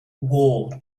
war